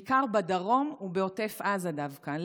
בעיקר בדרום ובעוטף עזה דווקא,